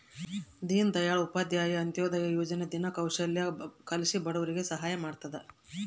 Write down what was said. ದೀನ್ ದಯಾಳ್ ಉಪಾಧ್ಯಾಯ ಅಂತ್ಯೋದಯ ಯೋಜನೆ ದಿನ ಕೌಶಲ್ಯ ಕಲ್ಸಿ ಬಡವರಿಗೆ ಸಹಾಯ ಮಾಡ್ತದ